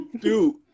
Dude